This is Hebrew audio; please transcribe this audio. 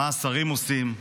מה השרים עושים,